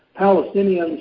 Palestinians